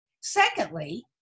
Secondly